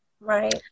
Right